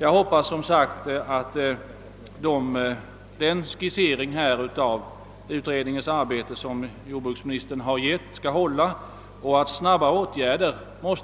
Jag hoppas som sagt att den skissering av utredningens arbete som jordbruksministern gjort kommer att hålla, så att snabba åtgärder